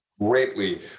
greatly